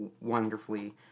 wonderfully